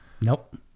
Nope